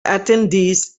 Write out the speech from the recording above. attendees